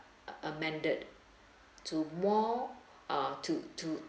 amended to more ah to to